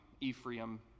Ephraim